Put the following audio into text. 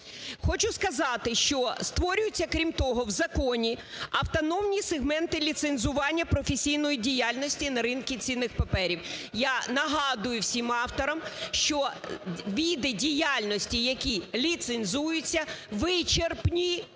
Хочу сказати, що створюються, крім того, в законі автономні сегменти ліцензування професійної діяльності на ринку цінних паперів. Я нагадую всім авторам, що біди діяльності, які ліцензуються, вичерпні